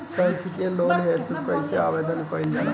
सैक्षणिक लोन हेतु कइसे आवेदन कइल जाला?